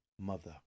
mother